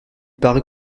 parait